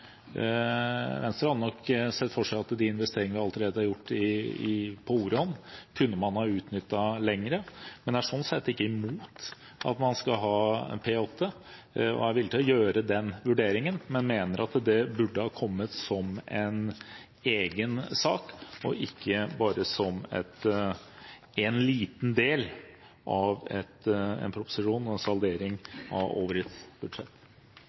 Venstre hadde nok sett for seg at de investeringene vi allerede har gjort på Orion, kunne vært utnyttet lenger, men vi er ikke imot at man skal ha P-8A. Vi er villige til å gjøre den vurderingen, men mener at det burde ha kommet som en egen sak, ikke bare som en liten del av en proposisjon og en saldering av årets budsjett.